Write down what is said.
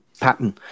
pattern